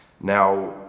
Now